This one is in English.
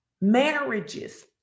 marriages